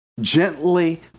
gently